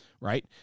right